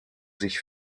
sich